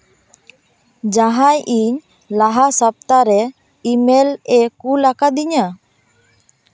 ᱡᱟᱦᱟᱸᱭ ᱤᱧ ᱞᱟᱦᱟ ᱥᱟᱯᱛᱟ ᱨᱮ ᱤᱢᱮᱞ ᱮ ᱠᱩᱞ ᱟᱠᱟᱫᱤᱧᱟᱹ